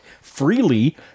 freely